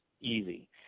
easy